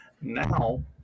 Now